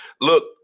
Look